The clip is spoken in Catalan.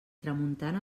tramuntana